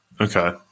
Okay